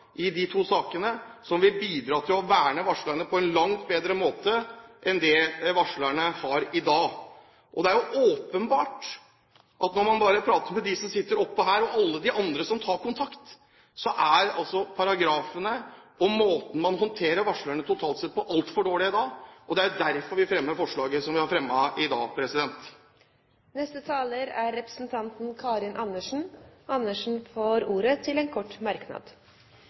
som vil bidra til å verne varslerne på en langt bedre måte enn i dag. Det er åpenbart, når man prater med dem som sitter her og alle de andre som tar kontakt, at paragrafene og måten man håndterer varslerne på totalt sett, er altfor dårlig i dag. Derfor har vi fremmet det representantforslaget vi behandler i dag. Karin Andersen har hatt ordet to ganger og får ordet til en kort merknad,